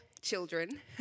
children